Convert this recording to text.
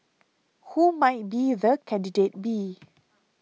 who might be the candidate be